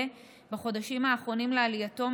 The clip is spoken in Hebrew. בחודשים הראשונים לעלייתו,